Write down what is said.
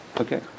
Okay